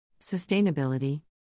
Sustainability